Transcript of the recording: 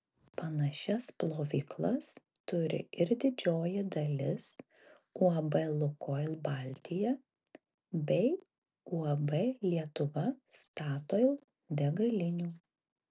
panašias plovyklas turi ir didžioji dalis uab lukoil baltija bei uab lietuva statoil degalinių